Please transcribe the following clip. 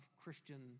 Christian